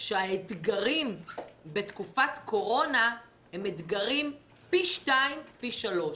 שהאתגרים בתקופת קורונה הם פי שניים או פי שלושה.